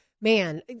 man